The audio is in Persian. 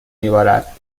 میبارد